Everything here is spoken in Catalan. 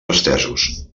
estesos